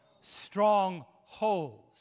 Strongholds